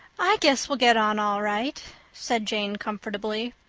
i guess we'll get on all right, said jane comfortably.